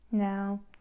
Now